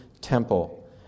temple